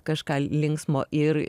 kažką linksmo ir